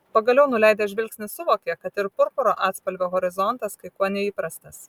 pagaliau nuleidęs žvilgsnį suvokė kad ir purpuro atspalvio horizontas kai kuo neįprastas